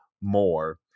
more